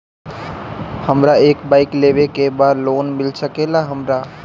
हमरा एक बाइक लेवे के बा लोन मिल सकेला हमरा?